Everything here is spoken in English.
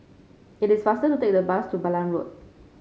it is faster to take the bus to Balam Road